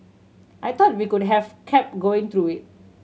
I thought we could have kept going through it